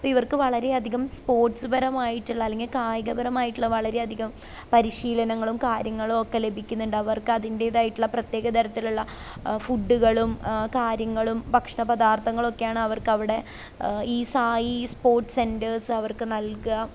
ഇവർക്ക് വളരേയധികം സ്പോട്സ് പരമായിട്ടുള്ള അല്ലെങ്കിൽ കായികപരമായിട്ടുള്ള വളരേയധികം പരിശീലനങ്ങളും കാര്യങ്ങളൊക്കെ ലഭിക്കുന്നുണ്ട് അവർക്ക് അതിൻറ്റേതായിട്ടുള്ള പ്രത്യേക തരത്തിലുള്ള ഫുഡ്ഡുകളും കാര്യങ്ങളും ഭക്ഷണപദാർത്ഥങ്ങളുമൊക്കെയാണ് അവർക്കവിടെ ഈ സായി സ്പോർട്സ് സെൻറ്റേഴ്സ് അവർക്ക് നൽകുക